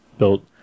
built